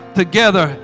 together